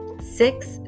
Six